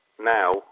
now